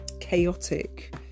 chaotic